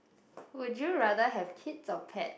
would you rather have kids or pet